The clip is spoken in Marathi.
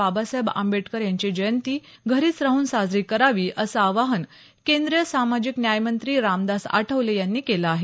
बाबासाहेब आंबेडकर यांची जयंती घरीच राहून साजरी करावी असं आवाहान केंद्रीय सामाजिक न्यायमंत्री रामदास आठवले यांनी केलं आहे